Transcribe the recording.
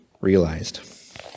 realized